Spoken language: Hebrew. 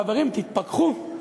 חברים: תתפכחו,